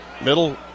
Middle